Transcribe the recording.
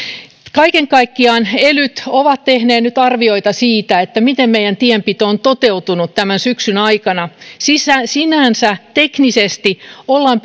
kaiken kaikkiaan elyt ovat tehneet nyt arvioita siitä miten meidän tienpito on toteutunut tämän syksyn aikana sinänsä teknisesti ollaan